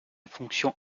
fonction